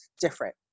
different